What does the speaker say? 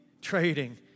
trading